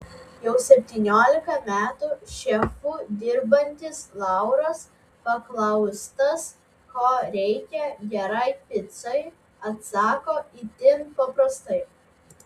jau septyniolika metų šefu dirbantis lauras paklaustas ko reikia gerai picai atsako itin paprastai